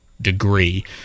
degree